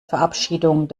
verabschiedung